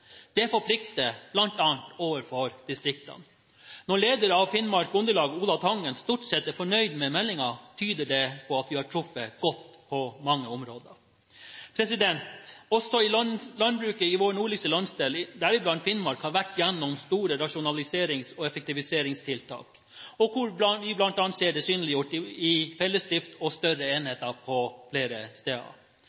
Det forplikter, bl.a. overfor distriktene. Når lederen av Finnmark Bondelag, Ola Tangen, stort sett er fornøyd med meldingen, tyder det på at vi har truffet godt på mange områder. Også landbruket i vår nordligste landsdel, bl.a. i Finnmark, har vært igjennom store rasjonaliserings- og effektiviseringstiltak. Vi ser det bl.a. synliggjort i fellesdrift og større